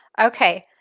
okay